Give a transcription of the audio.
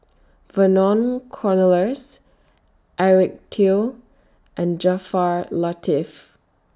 Vernon Cornelius Eric Teo and Jaafar Latiff